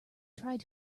tried